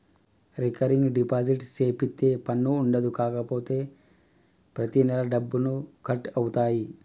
recurring deposit సేపిత్తే పన్ను ఉండదు కాపోతే ప్రతి నెలా డబ్బులు కట్ అవుతాయి